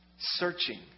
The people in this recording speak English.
searching